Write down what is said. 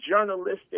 journalistic